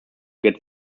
get